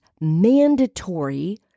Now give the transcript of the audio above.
mandatory